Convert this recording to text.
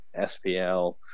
SPL